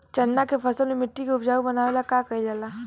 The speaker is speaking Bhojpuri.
चन्ना के फसल में मिट्टी के उपजाऊ बनावे ला का कइल जाला?